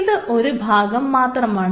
ഇത് ഒരു ഭാഗം മാത്രമാണ്